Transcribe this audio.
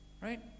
Right